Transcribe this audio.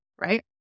right